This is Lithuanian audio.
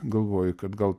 galvoji kad gal